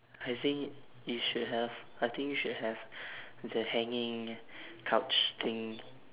I think you should have I think you should have the hanging couch thing